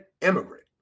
immigrant